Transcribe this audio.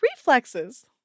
reflexes